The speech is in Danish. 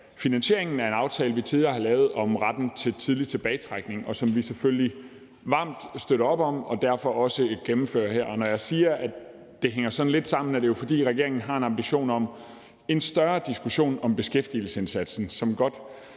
finansieringen af en aftale, vi tidligere har lavet om retten til tidlig tilbagetrækning, og som vi selvfølgelig varmt støtter op om og derfor også gennemfører med det her. Når jeg siger, at det hænger lidt sammen, er det jo, fordi regeringen har en ambition om at få en større diskussion om beskæftigelsesindsatsen, som går